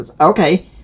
Okay